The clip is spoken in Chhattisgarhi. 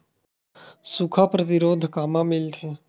सुखा प्रतिरोध कामा मिलथे?